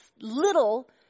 little